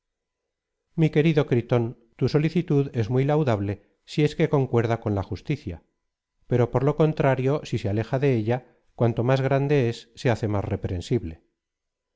mi querido criton tu solicitud es muy laudable m es que concuerda con la justicia pero por lo contrario si se aleja de ella cuanto más grande es se hace más